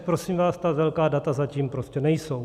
Prosím vás, ta velká data zatím prostě nejsou.